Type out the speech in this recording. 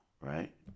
right